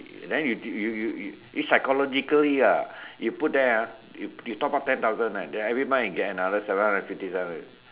then you you it's psychologically ah you put there ah you top up ten thousand right then every month can get another seven hundred and fifty seven